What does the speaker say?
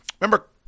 remember